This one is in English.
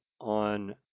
on